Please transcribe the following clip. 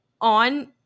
on